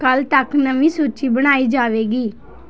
ਕੱਲ੍ਹ ਤੱਕ ਨਵੀਂ ਸੂਚੀ ਬਣਾਈ ਜਾਵੇਗੀ